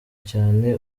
cyane